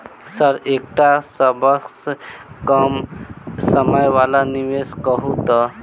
Sir एकटा सबसँ कम समय वला निवेश कहु तऽ?